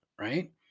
right